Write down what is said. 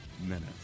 minutes